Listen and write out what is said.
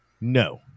No